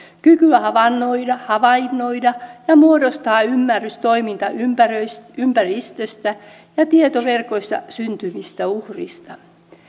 kykyä havainnoida ja ja muodostaa ymmärrys toimintaympäristöstä ja tietoverkoissa syntyvistä uhreista